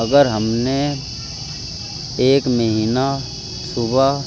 اگر ہم نے ایک مہینہ صبح